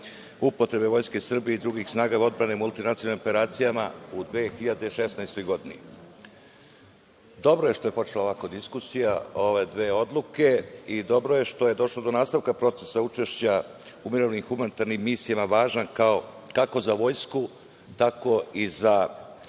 upotrebe Vojske Srbije i drugih snaga odbrane u multinacionalnim operacijama u 2016. godini. Dobro je što je počela ovako diskusija o ove dve odluke i dobro je što je došlo do nastavka procesa učešća u mirovnim humanitarnim misijama, važan kako za Vojsku, tako i za